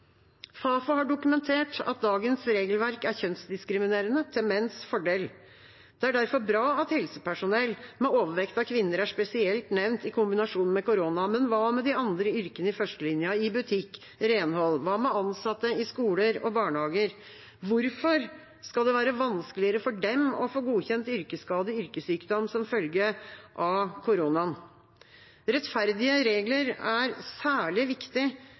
Fafo har dokumentert at dagens regelverk er kjønnsdiskriminerende, til menns fordel. Det er derfor bra at helsepersonell med overvekt av kvinner er spesielt nevnt i kombinasjon med korona, men hva med de andre yrkene i førstelinja – i butikk, renhold? Hva med ansatte i skoler og barnehager? Hvorfor skal det være vanskeligere for dem å få godkjent yrkesskade/yrkessykdom som følge av koronaen? Rettferdige regler er særlig viktig